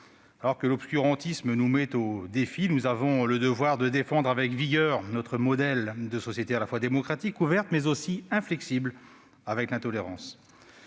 Alors que l'obscurantisme nous met au défi, nous avons le devoir de défendre avec vigueur notre modèle de société, à la fois démocratique, ouverte, mais aussi inflexible avec l'intolérance.